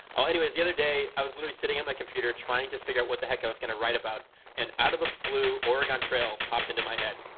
well, anyways the other day, i was literally sitting at my computer, trying to figure out what the heck i was going to write about and out of the blue oregon trial popped into my head,